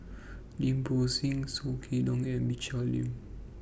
Lim Bo Seng Soh Kay Siang and Michelle Lim